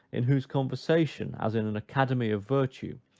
in whose conversation, as in an academy of virtue,